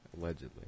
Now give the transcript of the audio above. Allegedly